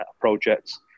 projects